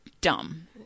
dumb